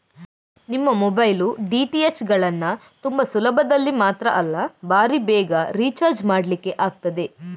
ನಿಮ್ಮ mobile, DTH ಗಳನ್ನ ತುಂಬಾ ಸುಲಭದಲ್ಲಿ ಮಾತ್ರ ಅಲ್ಲ ಭಾರೀ ಬೇಗ ರಿಚಾರ್ಜ್ ಮಾಡ್ಲಿಕ್ಕೆ ಆಗ್ತದೆ